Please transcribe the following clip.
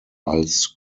als